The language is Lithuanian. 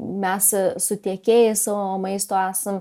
mes su tiekėjais o maisto esam